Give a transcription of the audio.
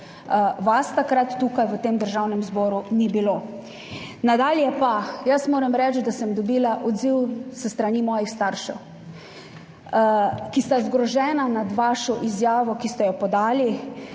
Vas takrat tukaj v Državnem zboru ni bilo. Nadalje pa moram reči, da sem dobila odziv s strani svojih staršev, ki sta zgrožena nad vašo izjavo, ki ste jo podali.